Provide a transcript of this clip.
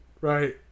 right